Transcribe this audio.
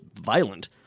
violent